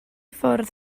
ffwrdd